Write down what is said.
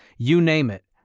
you name it.